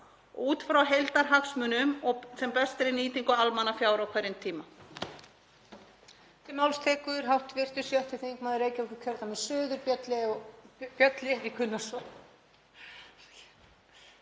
út frá heildarhagsmunum og sem bestri nýtingu almannafjár á hverjum tíma.